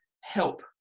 help